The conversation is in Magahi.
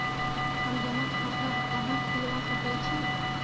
हम जमा खाता कहां खुलवा सकई छी?